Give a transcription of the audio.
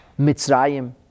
Mitzrayim